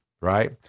right